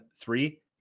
three